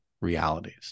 realities